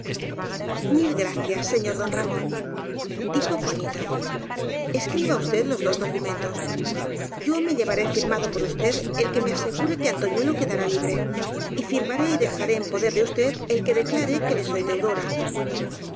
mil gracias señor don ramón dijo juanita escriba usted los dos documentos yo me lleva ré firmado por usted el que me asegure que antoñuelo quedará libre y firmaré y dejaré en poder de usted el que declare que le soy deudora